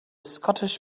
scottish